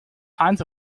kinds